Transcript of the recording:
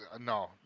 no